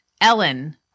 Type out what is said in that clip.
Ellen